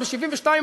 עוד ב-1972,